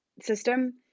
system